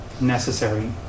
necessary